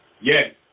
Yes